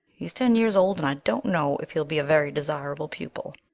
he's ten years old and i don't know if he'll be a very desirable pupil.